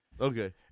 Okay